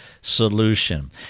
solution